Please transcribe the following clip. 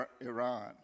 Iran